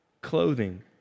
clothing